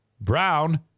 Brown